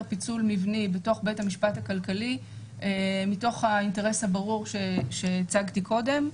פיצול מבני בבית המשפט הכלכלי מתוך האינטרס הברור שהצגתי קודם,